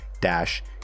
dash